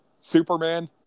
Superman